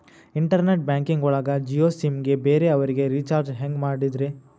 Internet banking ಒಳಗ Jio sim ಗೆ ಬೇರೆ ಅವರಿಗೆ ರೀಚಾರ್ಜ್ ಹೆಂಗ್ ಮಾಡಿದ್ರಿ?